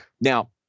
Now